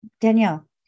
Danielle